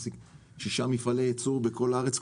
שישה מפעלי ייצור בלכ הארץ,